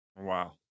Wow